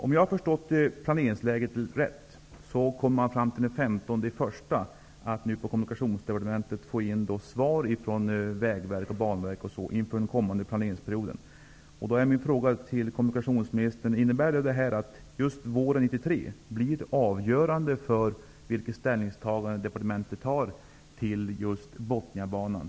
Om jag har förstått planeringsläget rätt, kommer man fram till den 15 januari att få in svar på Kommunikationsdepartementet från Vägverket och Banverket inför den kommande planeringsperioden. Då är min fråga till kommunikationsministern om det här innebär att just våren 1993 blir avgörande för vilket ställningstagande departementet gör till Botniabanan.